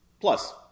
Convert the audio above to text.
Plus